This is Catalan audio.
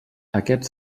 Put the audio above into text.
aquests